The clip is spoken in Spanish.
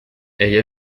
ella